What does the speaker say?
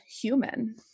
human